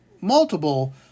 multiple